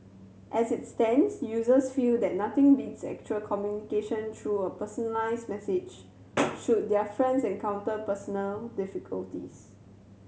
as it stands users feel that nothing beats actual communication through a personalised message should their friends encounter personal difficulties